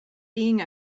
being